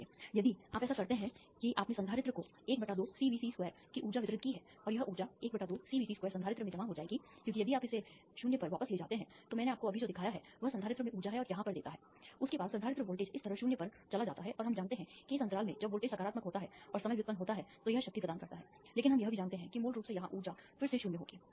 इसलिए यदि आप ऐसा करते हैं कि आपने संधारित्र को ½CV2c की ऊर्जा वितरित की है और यह ऊर्जा ½CVc2 संधारित्र में जमा हो जाएगी क्योंकि यदि आप अब इसे 0 पर वापस ले जाते हैं तो मैंने आपको अभी जो दिखाया है वह संधारित्र में ऊर्जा है यहाँ पर देता है उसके बाद संधारित्र वोल्टेज इस तरह 0 पर चला जाता है और हम जानते हैं कि इस अंतराल में जब वोल्टेज सकारात्मक होता है और समय व्युत्पन्न होता है तो यह शक्ति प्रदान करता है लेकिन हम यह भी जानते हैं कि मूल रूप से यहां ऊर्जा फिर से 0 होगी